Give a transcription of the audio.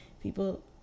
people